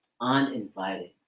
uninvited